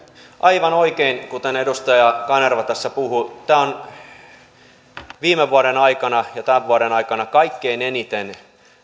aivan oikein mitä edustaja kanerva tässä puhui viime vuoden aikana ja tämän vuoden aikana kaikkein eniten